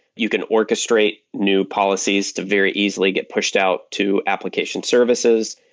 you can orchestrate new policies to very easily get pushed out to application services,